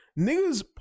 niggas